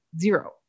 zero